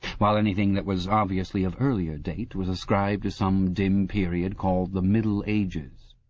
while anything that was obviously of earlier date was ascribed to some dim period called the middle ages.